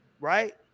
right